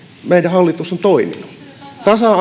meidän hallituksemme on toiminut tasa